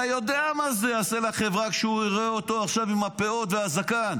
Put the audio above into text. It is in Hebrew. אתה יודע מה זה יעשה לחברה כשהם יראו אותו עכשיו עם הפאות והזקן.